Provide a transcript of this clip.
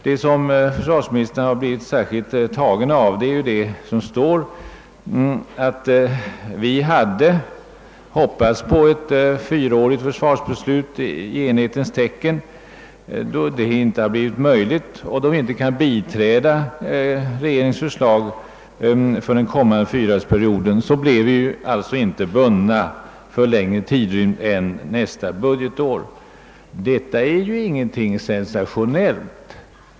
Vad försvarsministern har blivit särskilt tagen av är vad där står om våra grusade förhoppningar om ett fyraårigt försvarsbeslut i enighetens tecken. Då vi inte ikan biträda regeringens förslag för den kommande fyraårsperioden, blir vi alltså inte bundna för längre tidrymd än för nästa budgetår. Detta är ingenting sensationellt.